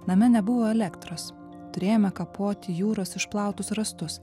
name nebuvo elektros turėjome kapoti jūros išplautus rąstus